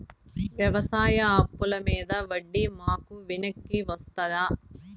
వ్యవసాయ అప్పుల మీద వడ్డీ మాకు వెనక్కి వస్తదా?